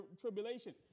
tribulation